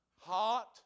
hot